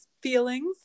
feelings